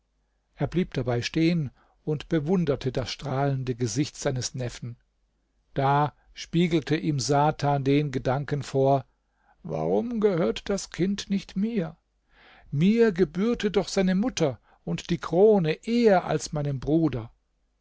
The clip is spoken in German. er blieb dabei stehen und bewunderte das strahlende gesicht seines neffen da spiegelte ihm satan den gedanken vor warum gehört das kind nicht mir mir gebührte doch seine mutter und die krone eher als meinem bruder